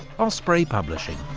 osprey publishing.